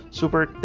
super